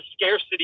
scarcity